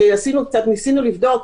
כשניסינו לבדוק,